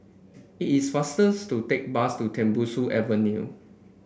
it is faster to take bus to Tembusu Avenue